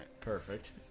Perfect